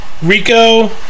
Rico